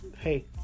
Hey